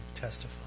testify